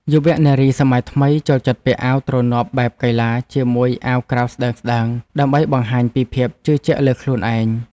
យុវនារីសម័យថ្មីចូលចិត្តពាក់អាវទ្រនាប់បែបកីឡាជាមួយអាវក្រៅស្តើងៗ ដើម្បីបង្ហាញពីភាពជឿជាក់លើខ្លួនឯង។